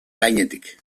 gainetik